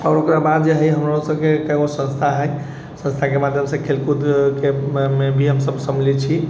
आओर ओकरा बाद जे हइ हमरो सबके कएक गो संस्था हइ संस्थाके माध्यमसँ खेलकूदमे भी हमसब सम्मिलित छी